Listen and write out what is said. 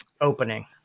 opening